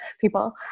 people